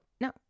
No